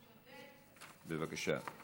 בבקשה.